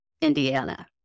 Indiana